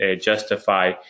justify